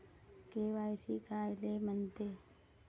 KYC कायले म्हनते?